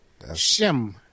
shim